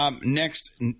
Next